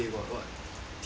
tier ah is it